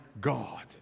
God